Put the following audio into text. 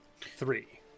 three